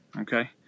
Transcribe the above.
okay